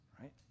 right